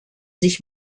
sich